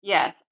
Yes